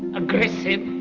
aggressive,